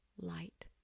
light